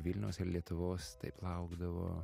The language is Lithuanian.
vilniaus ir lietuvos taip laukdavo